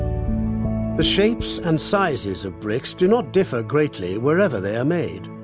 the shapes and sizes of bricks do not differ greatly wherever they are made